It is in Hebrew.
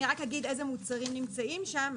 אני רק אגיד איזה מוצרים נמצאים שם.